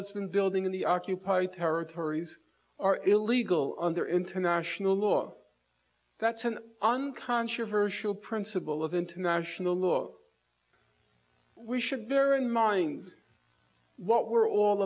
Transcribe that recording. has been building in the occupied territories are illegal under international law that's an uncontroversial principle of international law we should bear in mind what we're all